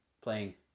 playing